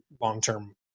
long-term